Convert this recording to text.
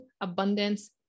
abundance